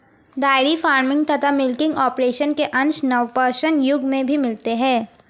dairy farming तथा milking operation के अंश नवपाषाण युग में भी मिलते हैं